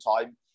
time